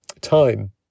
time